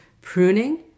pruning